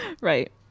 Right